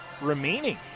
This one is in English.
remaining